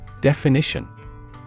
Definition